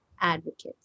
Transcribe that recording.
advocates